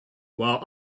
while